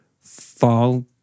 fall